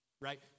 right